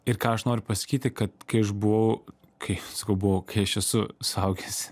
ir ką aš noriu pasakyti kad kai aš buvau kai skubu kai aš esu suaugęs